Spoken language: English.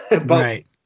Right